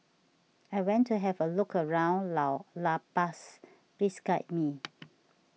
I went to have a look around Lao La Paz please guide me